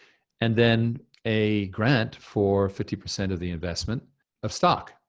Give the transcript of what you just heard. and then a grant for fifty percent of the investment of stock.